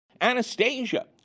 Anastasia